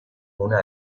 una